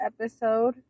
episode